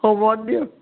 হ'ব দিয়ক